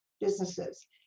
businesses